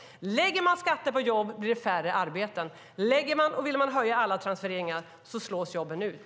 Lägger man skatter på jobb blir det färre arbeten. Vill man höja alla transfereringar slås jobben ut.